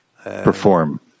perform